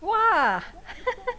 !wah!